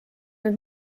nüüd